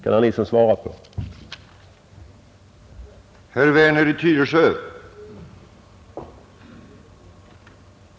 Kan herr Nilsson svara på det?